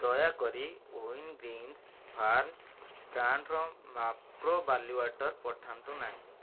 ଦୟାକରି Wingreens farms ବ୍ରାଣ୍ଡ୍ର Mapro barley water ପଠାନ୍ତୁ ନାହିଁ